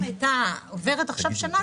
אם הייתה עוברת עכשיו שנה,